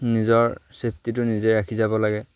নিজৰ ছেফটিটো নিজেই ৰাখি যাব লাগে